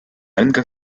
рынках